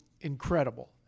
incredible